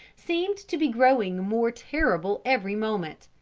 seemed to be growing more terrible every moment.